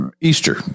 Easter